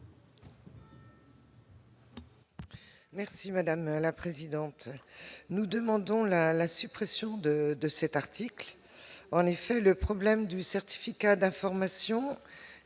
Merci madame la présidente, nous demandons la la suppression de de cet article en effet le problème du certificat d'information